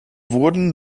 wurde